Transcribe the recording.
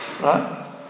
right